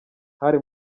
hari